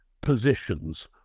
positions